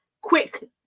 quick